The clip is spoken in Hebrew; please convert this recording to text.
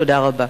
תודה רבה.